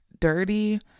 dirty